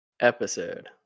episode